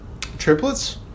Triplets